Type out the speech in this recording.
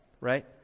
right